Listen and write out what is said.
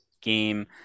game